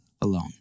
alone